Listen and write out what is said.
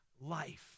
life